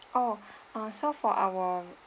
oh ah so for our